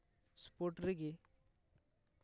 sport ᱨᱮᱜᱮ